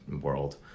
world